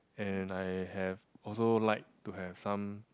and I have also like to have some